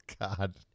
God